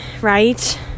Right